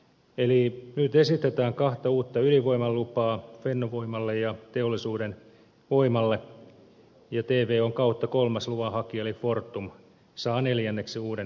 eli nyt esitetään kahta uutta ydinvoimalupaa fennovoimalle ja teollisuuden voimalle ja tvon kautta kolmas luvanhakija eli fortum saa neljänneksen uuden ydinvoimalan tuotannosta